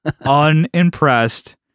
unimpressed